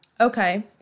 Okay